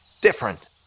Different